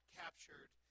captured